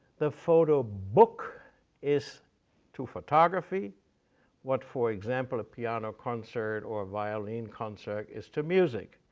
the photo book is to photography what, for example, a piano concert or a violin concert is to music,